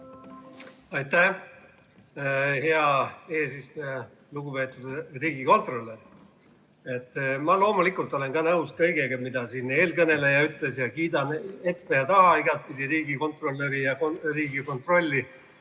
hea eesistuja! Lugupeetud riigikontrolör! Ma loomulikult olen ka nõus kõigega, mida siin eelkõneleja ütles, ja kiidan ette ja taha igatpidi riigikontrolöri ja Riigikontrolli.